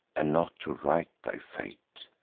and not to write thy fate.